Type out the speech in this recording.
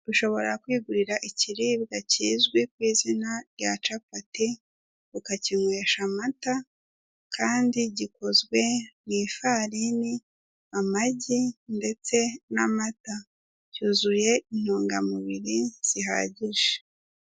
Ushobora kwigurira ikiribwa kizwi ku izina rya capati, ukakinywesha amata kandi gikozwe mu ifarini, amagi ndetse n'amata. Cyuzuye intungamubiri zihagije.